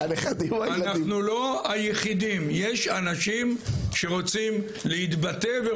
אנחנו לא היחידים יש אנשים שרוצים להתבטא.